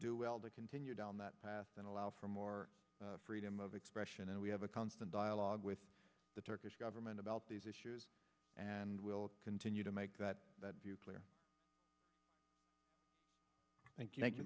do well to continue down that path and allow for more freedom of expression and we have a constant dialogue with the turkish government about these issues and we'll continue to make that view clear thank you thank you